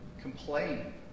complain